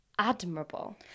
Admirable